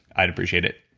i'd appreciate it.